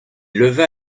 leva